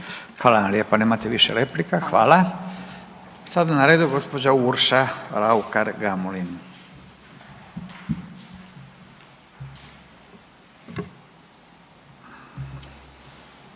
Hvala vam lijepa nemate više replika. Hvala. Sada je na redu gospođa Urša Raukar Gamulin.